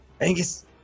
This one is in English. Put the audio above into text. Angus